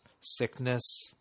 sickness